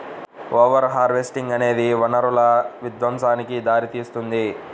over harvesting అనేది వనరుల విధ్వంసానికి దారితీస్తుంది